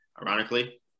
ironically